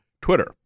Twitter